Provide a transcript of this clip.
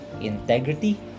Integrity